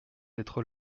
être